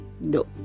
no